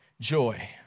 joy